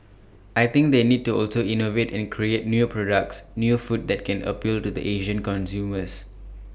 I think they need to also innovate and create new products new food that can appeal to the Asian consumers